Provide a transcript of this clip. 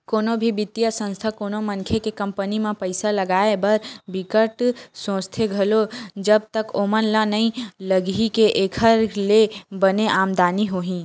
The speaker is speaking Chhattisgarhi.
कोनो भी बित्तीय संस्था कोनो मनखे के कंपनी म पइसा लगाए बर बिकट सोचथे घलो जब तक ओमन ल नइ लगही के एखर ले बने आमदानी होही